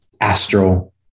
astral